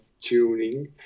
tuning